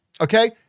okay